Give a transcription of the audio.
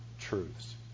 truths